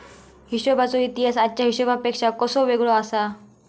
हिशोबाचो इतिहास आजच्या हिशेबापेक्षा कसो वेगळो आसा?